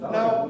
Now